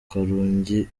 karungi